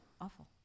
awful